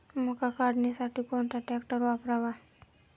मका काढणीसाठी कोणता ट्रॅक्टर वापरावा?